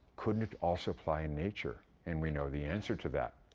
couldn't it also apply in nature? and we know the answer to that.